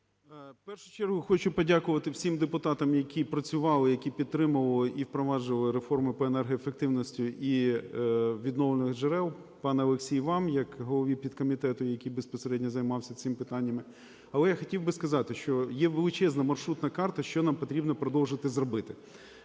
В першу чергу хочу подякувати всім депутатам, які працювали і які підтримували і впроваджували реформи по енергоефективності і відновлювальних джерел, пане Олексій, вам як голові підкомітету, який безпосередньо займався цими питаннями. Але я хотів би сказати, що є величезна маршрутна карта, що нам потрібно продовжити зробити.